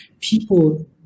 people